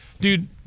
dude